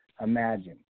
imagine